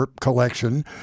collection